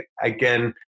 Again